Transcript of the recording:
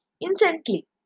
instantly